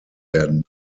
werden